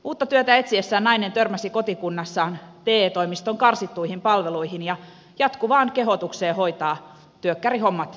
uutta työtä etsiessään nainen törmäsi kotikunnassaan te toimiston karsittuihin palveluihin ja jatkuvaan kehotukseen hoitaa työkkärihommat netissä itsekseen